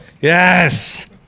Yes